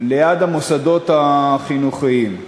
ליד המוסדות החינוכיים.